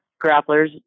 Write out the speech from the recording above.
grapplers